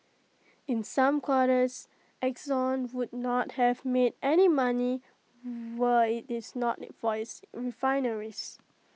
in some quarters exxon would not have made any money were IT is not for its refineries